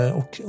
och